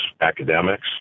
academics